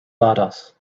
badass